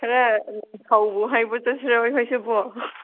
ꯈꯔ ꯍꯥꯏꯕ ꯆꯠꯁꯤꯔꯣ ꯑꯩꯈꯣꯏ ꯁꯤꯕꯣ